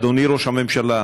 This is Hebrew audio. אדוני ראש הממשלה,